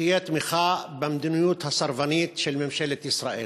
שתהיה תמיכה במדיניות הסרבנית של ממשלת ישראל.